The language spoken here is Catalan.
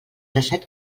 dèsset